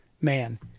Man